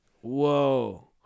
Whoa